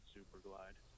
Superglide